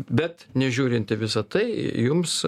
bet nežiūrint į visa tai jums